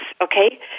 Okay